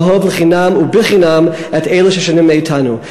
לאהוב לחינם ובחינם את אלה ששונים מאתנו.